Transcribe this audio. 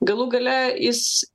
galų gale jis